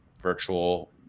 virtual